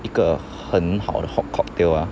一个很好的 hot cocktail ah